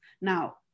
Now